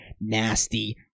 Nasty